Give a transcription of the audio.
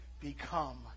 become